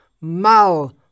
mal